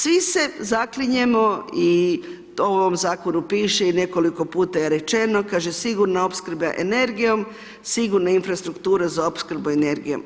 Svi se zaklinjemo i to u ovom zakonu piše i nekoliko je puta rečeno, kaže sigurna opskrba energijom, sigurna infrastruktura za opskrbom energijom.